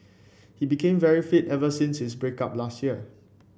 he became very fit ever since his break up last year